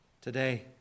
Today